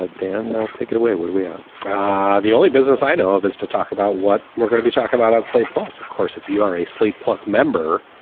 ah dan, ah take it away would we have the only business i know of is to talk about what we're going to be talking about on slate. plus, of course, if you're a slate plus member,